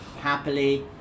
happily